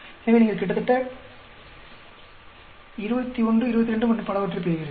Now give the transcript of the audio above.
எனவே நீங்கள் கிட்டத்தட்ட 21 22 மற்றும் பலவற்றைப் பெறுவீர்கள்